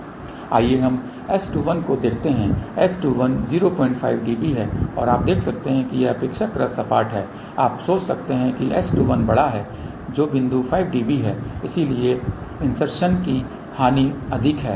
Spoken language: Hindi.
आइए हम S21 को देखते हैं S21 05 dB है और आप देख सकते हैं कि यह अपेक्षाकृत सपाट है अब आप सोच सकते हैं कि S21 बड़ा है जो बिंदु 5 dB है इसलिए निविष्टी की हानि अधिक है